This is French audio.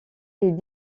est